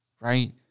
right